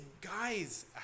guys